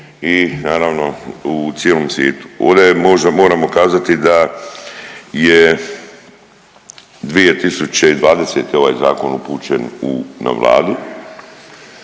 i naravno u cijelom svijetu. Ode možda moramo kazati da je 2020. ovaj Zakon upućen u, na vladu,